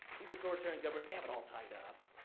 these authoritarian governments they have it all tied up.